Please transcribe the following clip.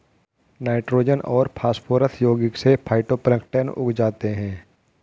nitrogen और phosphorus यौगिक से फाइटोप्लैंक्टन उग जाते है